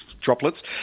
droplets